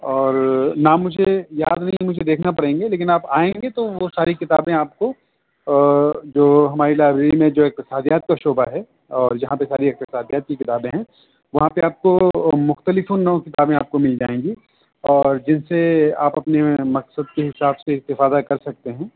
اور نام مجھے یاد نہیں مجھے دیکھنا پڑیں گے لیکن آپ آئیں گے تو وہ ساری کتابیں آپ کو جو ہماری لائبریری میں جو ایک اقتصادیات کا شعبہ ہے اور جہاں پہ ساری اقتصادیات کی کتابیں ہیں وہاں پہ آپ کو مختلف النوع کتابیں آپ کو مل جائیں گی اور جن سے آپ اپنے مقصد کے حساب سے استفادہ کر سکتے ہیں